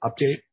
update